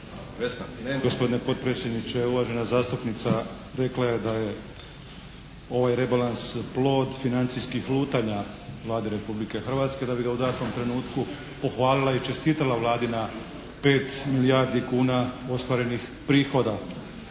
Gospodine potpredsjedniče, uvažena zastupnica rekla je da je ovaj rebalans plod financijskih lutanja Vlade Republike Hrvatske da bi ga u datom trenutku pohvalila i čestitala Vladi na 5 milijardi kuna ostvarenih prihoda.